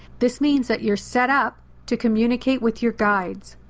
this means that you're set up to communicate with your guides.